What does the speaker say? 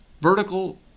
vertical